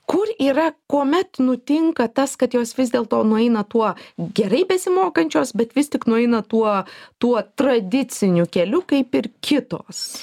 kur yra kuomet nutinka tas kad jos vis dėlto nueina tuo gerai besimokančios bet vis tik nueina tuo tuo tradiciniu keliu kaip ir kitos